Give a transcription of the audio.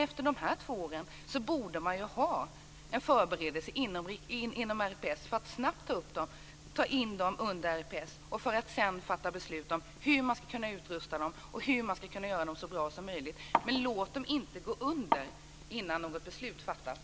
Efter de här två åren borde man ju vara förberedd inom RPS på att snabbt ta in styrkan under RPS för att sedan fatta beslut om hur man ska kunna utrusta den och göra den så bra som möjligt. Låt den inte gå under innan något beslut har fattats!